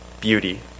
beauty